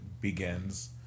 begins